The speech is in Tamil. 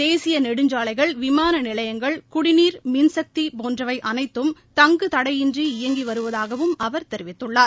தேசிய நெடுஞ்சாலைகள் விமான நிலையங்கள் குடிநீர் மின்சக்தி போன்றவை அனைத்தும் தங்கு தடையின்றி இயங்கி வருவதாகவும் அவர் தெரிவித்துள்ளார்